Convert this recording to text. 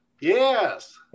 Yes